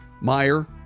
Meyer